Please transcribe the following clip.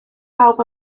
bawb